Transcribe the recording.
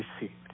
received